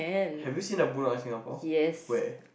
have you seen a bulldog in Singapore where